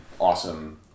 awesome